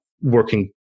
working